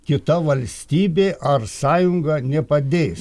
kita valstybė ar sąjunga nepadės